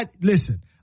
Listen